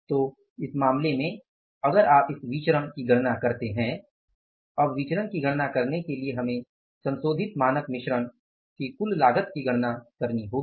संदर्भ स्लाइड समय है तो इस मामले में अगर आप इस विचरण की गणना करते हैं अब विचरण की गणना करने के लिए हमें संशोधित मानक मिश्रण की कुल लागत की गणना करनी होगी